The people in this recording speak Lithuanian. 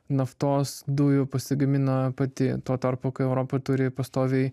naftos dujų pasigamina pati tuo tarpu kai europa turi pastoviai